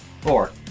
Four